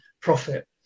profit